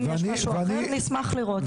אם יש משהו אחר, נשמח לראות.